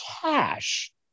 cash